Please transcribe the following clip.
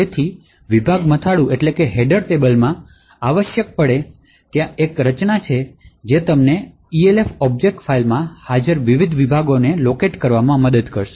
તેથી વિભાગ હેડર ટેબલમાં આવશ્યકપણે ત્યાં એક રચના છે જે તમને Elf ઑબ્જેક્ટ ફાઇલમાં હાજર વિવિધ વિભાગોને લોકેટ કરવામાં મદદ કરશે